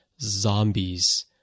zombies